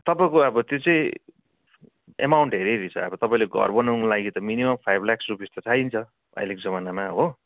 तपाईँको अब त्यो चाहिँ एमाउन्ट हेरी हेरी छ तपाईँले घर बनाउनुको लागि त मिनिमम फाइभ ल्याक्स रुपिस त चाहिन्छ अहिलेको जमानामा हो